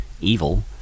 evil